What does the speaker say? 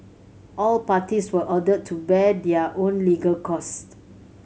all parties were ordered to bear their own legal costs